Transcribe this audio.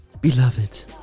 Beloved